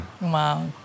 wow